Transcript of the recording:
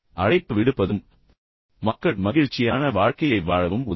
அழைப்பு விடுப்பதும் மக்கள் மகிழ்ச்சியான வாழ்க்கையை வாழவும் உதவும்